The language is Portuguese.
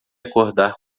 acordar